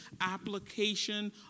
application